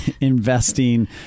investing